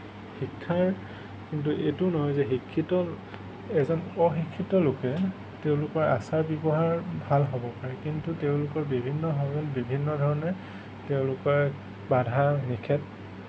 শিক্ষাৰ কিন্তু এইটো নহয় যে শিক্ষিত এজন অশিক্ষিত লোকে তেওঁলোকৰ আচাৰ ব্যৱহাৰ ভাল হ'ব পাৰে কিন্তু তেওঁলোকৰ বিভিন্ন সময়ত বিভিন্ন ধৰণে তেওঁলোকে বাধাৰ